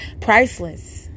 priceless